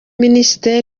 minisiteri